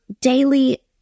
daily